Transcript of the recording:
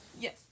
Yes